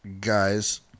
guys